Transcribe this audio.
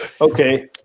Okay